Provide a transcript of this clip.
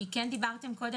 קודם אמרתם,